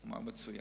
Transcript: אמר: מצוין.